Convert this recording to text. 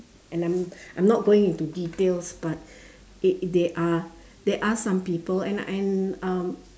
and I'm I'm not going into details but it there are there are some people and and um